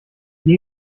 die